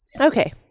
Okay